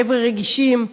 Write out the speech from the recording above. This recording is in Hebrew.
חבר'ה רגישים,